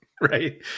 right